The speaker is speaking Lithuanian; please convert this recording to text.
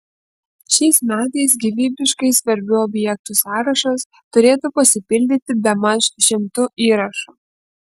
šiais metais gyvybiškai svarbių objektų sąrašas turėtų pasipildyti bemaž šimtu įrašų